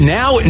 now